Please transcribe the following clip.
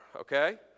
okay